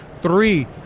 three